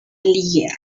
hierro